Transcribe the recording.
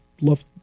love